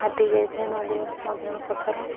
ଫାଟି ଯାଇଥାଏ ନଦୀ ମଧ୍ୟର ପଥର